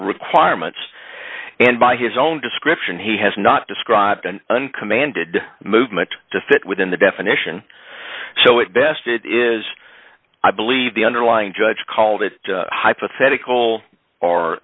requirements and by his own description he has not described an uncommanded movement to fit within the definition so it best it is i believe the underlying judge called it hypothetical or